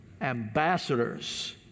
Ambassadors